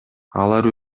алар